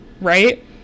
right